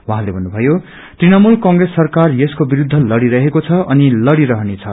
उझँले भन्नुभयो तुणमूल क्रेस सरकार यसको विरूद्ध लड़िरहेको छ अनि लड़िरहेने छ